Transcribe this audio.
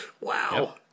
Wow